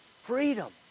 freedom